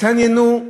התעניינו,